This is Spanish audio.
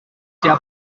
sea